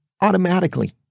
automatically